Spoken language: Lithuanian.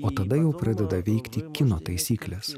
o tada jau pradeda veikti kino taisyklės